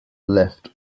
left